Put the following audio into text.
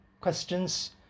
questions